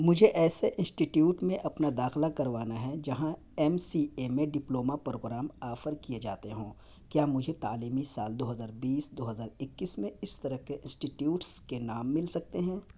مجھے ایسے انسٹیٹیوٹ میں اپنا داخلہ کروانا ہے جہاں ایم سی اے میں ڈپلوما پروگرام آفر کیے جاتے ہوں کیا مجھے تعلیمی سال دو ہزار بیس دو ہزار اکیس میں اس طرح کے انسٹیٹیوٹس کے نام مل سکتے ہیں